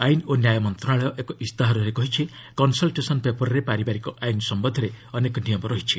ଆଇନ ଓ ନ୍ୟାୟ ମନ୍ତ୍ରଣାଳୟ ଏକ ଇସ୍ତାହାରରେ କହିଛି କନ୍ସଲ୍ଟେସନ୍ ପେପର୍ରେ ପାରିବାରିକ ଆଇନ ସମ୍ପନ୍ଧରେ ଅନେକ ନିୟମ ରହିଛି